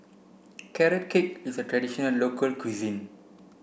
carrot cake is a traditional local cuisine